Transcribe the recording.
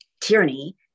tyranny